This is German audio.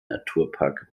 naturpark